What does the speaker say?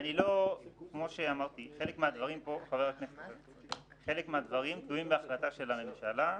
כמו שאמרתי, חלק מהדברים תלויים בהחלטה של הממשלה,